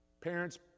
Parents